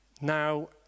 Now